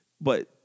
But-